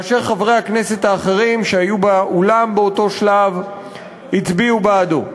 וחברי הכנסת האחרים שהיו באולם באותו שלב הצביעו בעדו.